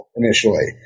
initially